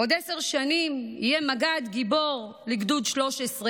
עוד עשר שנים יהיה מג"ד גיבור לגדוד 13",